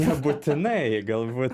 nebūtinai galbūt